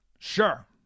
Sure